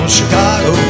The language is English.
Chicago